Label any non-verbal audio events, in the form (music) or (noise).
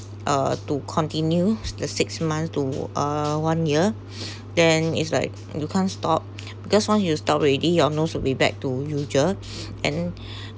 uh to continue the six months to uh one year (noise) then is like you can't stop because once you stop already your nose will be back to usual and